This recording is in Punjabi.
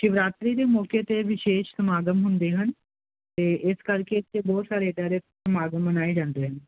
ਸ਼ਿਵਰਾਤਰੀ ਦੇ ਮੌਕੇ ਤੇ ਵਿਸ਼ੇਸ਼ ਸਮਾਗਮ ਹੁੰਦੇ ਹਨ ਤੇ ਇਸ ਕਰਕੇ ਇਥੇ ਬਹੁਤ ਸਾਰੇ ਡਰ ਸਮਾਗਮ ਮਨਾਏ ਜਾਂਦੇ